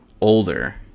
older